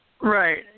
Right